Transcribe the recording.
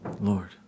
Lord